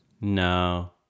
No